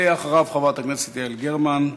אחריו, חברת הכנסת יעל גרמן,